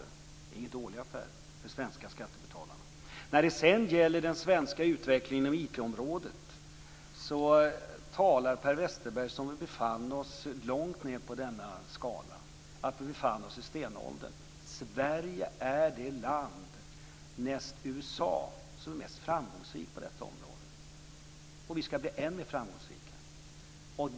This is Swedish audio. Det är ingen dålig affär för de svenska skattebetalarna. Per Westerberg talar som om den svenska utvecklingen inom IT-området låg långt ned på skalan, som om vi befann oss på stenåldern. Sverige är det land näst USA som är mest framgångsrikt på detta område. Vi skall bli än mer framgångsrika.